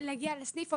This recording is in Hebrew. להגיע לסניף,